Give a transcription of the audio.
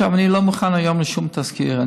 עכשיו, אני לא מוכן היום לשום תזכיר.